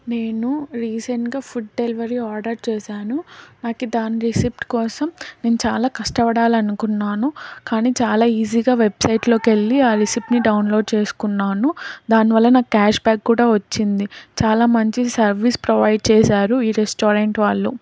నేను రీసెంట్గా food delivery order చేశాను నాకు దాని రిసిప్ట్ కోసం నేను చాలా కష్టపడాలనుకున్నాను కానీ చాలా ఈజీగా వెబ్సైట్లోకి వెళ్ళి ఆ రిసిప్ట్ని డౌన్లోడ్ చేసుకున్నాను దానివల్ల నాకు క్యాష్బ్యాక్ కూడా వచ్చింది చాలా మంచి సర్వీస్ ప్రొవైడ్ చేశారు ఈ రెస్టారెంట్ వాళ్ళు